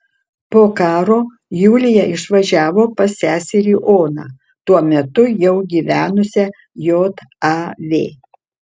po karo julija išvažiavo pas seserį oną tuo metu jau gyvenusią jav